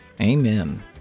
Amen